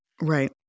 Right